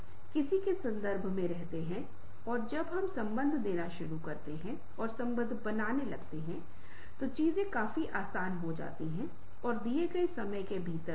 उदासी या खुशी की भावना की भावना और ये संवाद करने का प्रबंधन करते हैं जिस तरह से चीजों को समझने के लिए अपने दिमाग में हेरफेर करने का प्रबंधन करते हैं